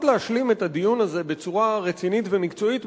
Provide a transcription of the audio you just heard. להשלים את הדיון הזה בצורה רצינית ומקצועית,